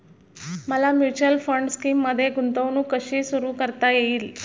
मला mutual fund स्कीममध्ये गुंतवणूक कशी सुरू करता येईल?